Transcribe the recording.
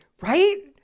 right